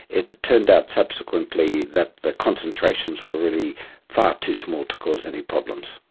it turned out subsequently that the concentrations were really far too small to cause any problems.